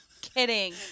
kidding